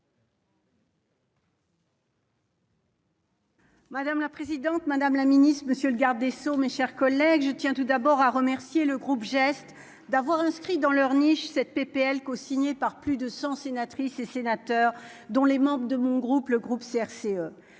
Madame la présidente, madame la ministre, monsieur le garde des sceaux, mes chers collègues, je tiens tout d'abord à remercier le groupe geste d'avoir inscrit dans leur niche cette PPL co-signée par plus de 100 sénatrices et sénateurs, dont les membres de mon groupe, le groupe CRCE